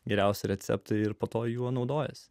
geriausią receptą ir po to juo naudojasi